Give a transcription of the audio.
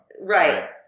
Right